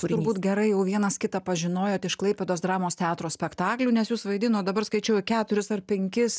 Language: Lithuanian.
turbūt gerai vienas kitą pažinojot iš klaipėdos dramos teatro spektaklių nes jūs vaidinot dabar skaičiau keturis ar penkis